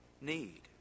need